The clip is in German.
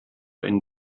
ein